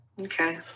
Okay